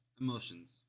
emotions